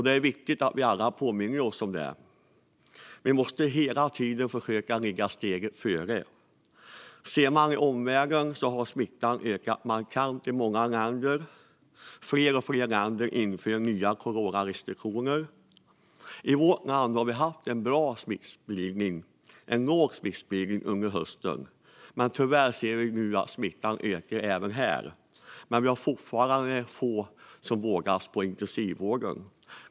Det är viktigt att vi alla påminner oss om det. Vi måste hela tiden försöka ligga steget före. I omvärlden har smittan ökat markant i många länder. Fler och fler länder inför nya coronarestriktioner. I vårt land har vi haft en låg smittspridning under hösten, men tyvärr ser vi nu att smittspridningen ökar även här. Men fortfarande är det få som vårdas i intensivvården.